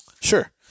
sure